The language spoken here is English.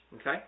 okay